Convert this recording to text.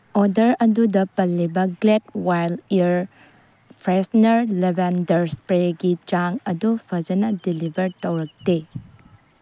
order ꯑꯗꯨꯗ ꯄꯜꯂꯤꯕ Glade wild air freshener lavender ꯏꯁꯄ꯭ꯔꯦꯒꯤ ꯆꯥꯡ ꯑꯗꯨ ꯐꯖꯅ ꯗꯤꯂꯤꯕꯔ ꯇꯧꯔꯛꯇꯦ